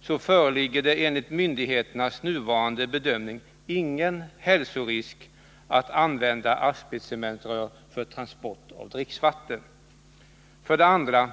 så är det enligt myndigheternas nuvarande bedömning inte förenat med någon hälsorisk att använda asbestcementrör för transport av dricksvatten? 2.